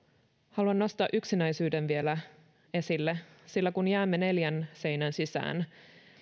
haluan nostaa yksinäisyyden vielä esille sillä kun jäämme neljän seinän sisään